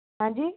ਹੈਂ ਜੀ